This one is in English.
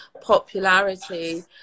popularity